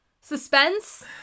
Suspense